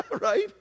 right